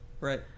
Right